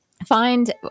Find